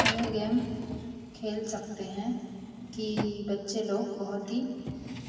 यह गेम खेल सकते हैं कि बच्चे लोग बहुत ही